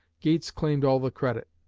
gates claimed all the credit.